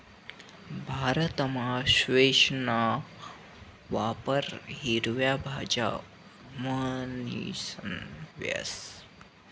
भारतमा स्क्वैशना वापर हिरवा भाज्या म्हणीसन व्हस